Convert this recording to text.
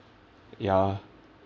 ya